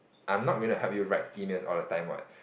I am not going to help you write emails all the time what